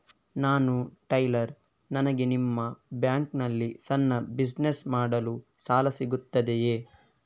ನಾನು ಟೈಲರ್, ನನಗೆ ನಿಮ್ಮ ಬ್ಯಾಂಕ್ ನಲ್ಲಿ ಸಣ್ಣ ಬಿಸಿನೆಸ್ ಮಾಡಲು ಸಾಲ ಸಿಗುತ್ತದೆಯೇ?